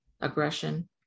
aggression